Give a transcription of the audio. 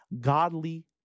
Godly